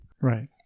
Right